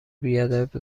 بیادب